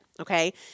Okay